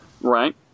Right